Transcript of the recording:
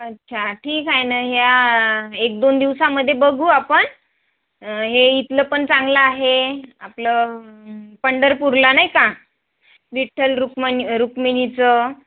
अच्छा ठीक आहे ना या एक दोन दिवसांमध्ये बघू आपण हे इथलं पण चांगलं आहे आपलं पंढरपूरला नाही का विठ्ठल रुक्मन रुक्मिणीचं